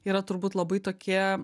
yra turbūt labai tokie